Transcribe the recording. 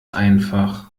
einfach